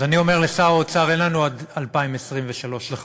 אז אני אומר לשר האוצר: אין לנו עד 2023 לחכות.